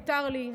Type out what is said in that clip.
מותר לי,